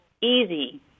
easy